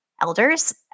elders